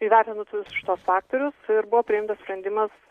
įvertinus šituos faktorius buvo priimtas sprendimas